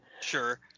Sure